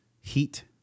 heat